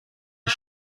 his